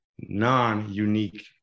non-unique